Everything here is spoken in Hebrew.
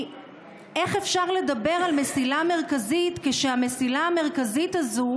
איך אפשר לדבר על מסילה מרכזית כשהמסילה המרכזית הזאת,